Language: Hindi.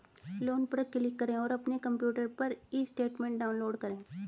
लोन पर क्लिक करें और अपने कंप्यूटर पर ई स्टेटमेंट डाउनलोड करें